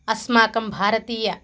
अस्माकं भारतीयः